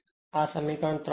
આ સમીકરણ 3 છે